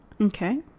Okay